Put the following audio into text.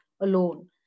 alone